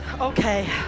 Okay